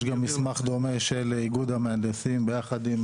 יש גם מסמך דומה של איגוד המהנדסים ביחד עם